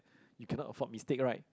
you cannot afford mistake right